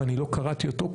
ואני לא קראתי אותו,